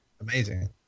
amazing